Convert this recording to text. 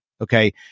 Okay